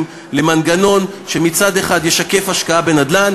למנגנון שמצד אחד ישקף השקעה בנדל"ן,